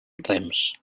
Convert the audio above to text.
rems